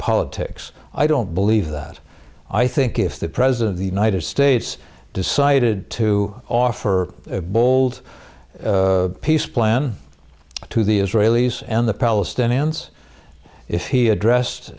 politics i don't believe that i think if the president the united states decided to offer a bold peace plan to the israelis and the palestinians if he addressed